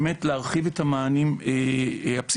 באמת להרחיב את המענים הפסיכו-סוציאליים,